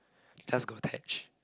just got attached